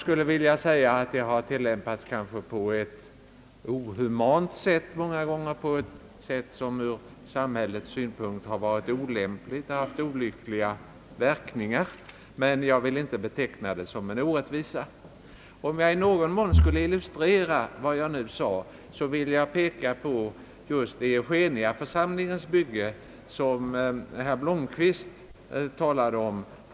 Den har kanske tillämpats på ett ohumant sätt många gånger, på ett sätt som ur samhällets synpunkt har varit olämpligt och haft olyckliga verkningar. Jag vill dock inte beteckna dispensgivningen som en orättvisa. Om jag i någon mån skulle illustrera vad jag nu har sagt vill jag peka på Eugeniaförsamlingens bygge, som herr Blomquist tog upp.